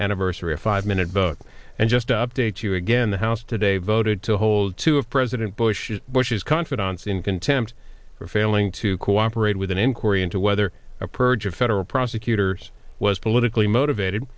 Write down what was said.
anniversary a five minute vote and just update you again the house today voted to hold two of president bush's bush's confidence in contempt for failing to cooperate with an inquiry into whether a purge of federal prosecutors was politically motivated